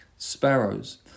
sparrows